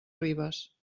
ribes